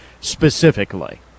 specifically